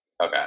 Okay